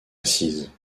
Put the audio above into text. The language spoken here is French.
assises